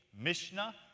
Mishnah